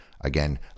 Again